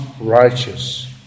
righteous